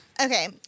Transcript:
Okay